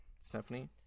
Stephanie